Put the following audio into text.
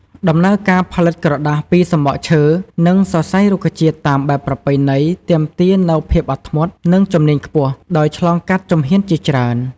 ដំណើរការផលិតក្រដាសពីសំបកឈើ និងសរសៃរុក្ខជាតិតាមបែបប្រពៃណីទាមទារនូវ ភាពអត់ធ្មត់ និងជំនាញខ្ពស់ ដោយឆ្លងកាត់ជំហានជាច្រើន។